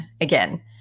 again